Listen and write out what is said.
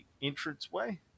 entranceway